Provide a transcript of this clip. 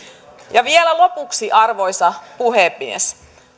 vielä lopuksi arvoisa puhemies